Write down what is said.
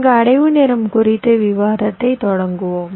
இங்கு அடைவு நேரம் குறித்து விவாதத்தைத் தொடங்குவோம்